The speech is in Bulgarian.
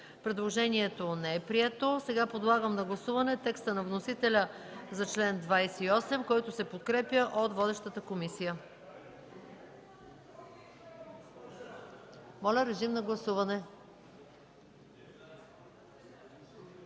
Предложението не е прието. Сега подлагам на гласуване текста на вносителя за чл. 28, който се подкрепя от водещата комисия. Моля, гласувайте.